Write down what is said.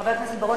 חבר הכנסת בר-און,